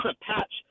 patch